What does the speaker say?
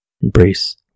embrace